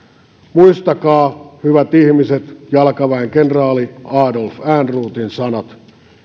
muistakaa hyvä ihmiset jalkaväenkenraali adolf ehrnroothin sanat